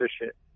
efficient